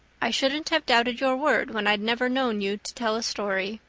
i shouldn't have doubted your word when i'd never known you to tell a story.